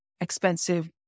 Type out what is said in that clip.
expensive